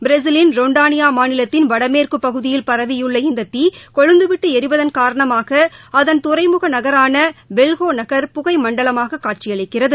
பிரேஸிலின் Rondonia மாநிலத்தின் வடமேற்குப் பகுதியில் பரவியுள்ள இந்த தீ கொழுந்துவிட்டு எரிவதன் காரணமாக அதன் துறைமுக நகரான வெல்ஹோ நக் புகைமண்டலமாக காட்சியளிக்கிறது